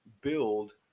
build